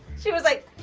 she was like.